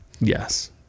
Yes